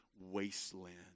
wasteland